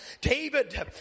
David